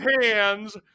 hands